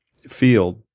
field